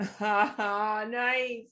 Nice